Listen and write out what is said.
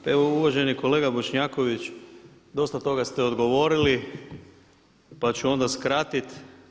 Pa evo uvaženi kolega Bošnjaković dosta toga ste odgovorili pa ću onda skratiti.